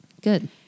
Good